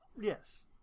Yes